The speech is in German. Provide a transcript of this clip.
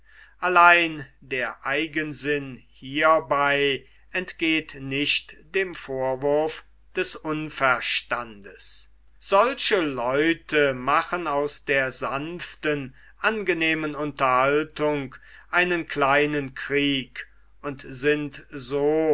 allein der eigensinn hiebei entgeht nicht dem vorwurf des unverstandes solche leute machen aus der sanften angenehmen unterhaltung einen kleinen krieg und sind so